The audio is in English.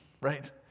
right